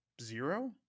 zero